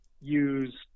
use